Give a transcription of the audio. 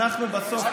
אנחנו בסוף,